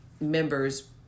members